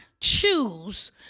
choose